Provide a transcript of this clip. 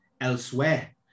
elsewhere